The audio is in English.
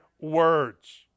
words